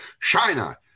China